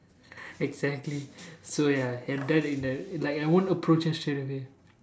exactly so ya have done in a like I won't approach her straight away